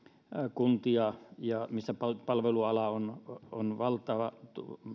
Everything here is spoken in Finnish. kuntia missä palveluala on on